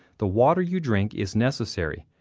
the water you drink is necessary,